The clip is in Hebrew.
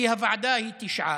כי הוועדה היא של תשעה,